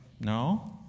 No